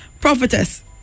prophetess